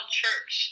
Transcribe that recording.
church